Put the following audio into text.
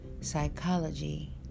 psychology